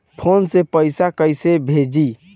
Phone से पैसा कैसे भेजी?